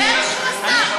זה מה שהוא עשה.